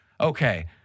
Okay